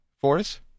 Force